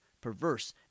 perverse